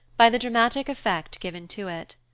by the dramatic effect given to it.